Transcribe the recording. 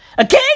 Okay